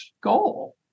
goal